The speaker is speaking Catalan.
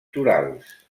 torals